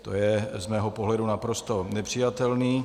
To je z mého pohledu naprosto nepřijatelné.